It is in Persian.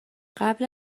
قبل